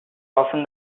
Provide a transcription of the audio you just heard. often